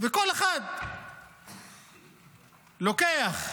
וכל אחד לוקח.